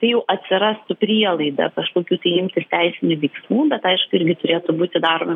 tai jau atsirastų prielaida kažkokių tai imtis teisinių veiksmų bet aišku irgi turėtų būti daromi